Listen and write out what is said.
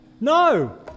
No